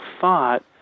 thought